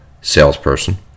salesperson